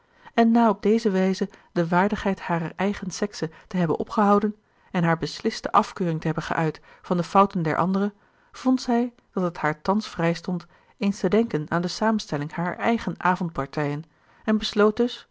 en na op deze wijze de waardigheid harer eigen sekse te hebben opgehouden en haar besliste afkeuring te hebben geuit van de fouten der andere vond zij dat het haar thans vrijstond eens te denken aan de samenstelling harer eigen avondpartijen en besloot dus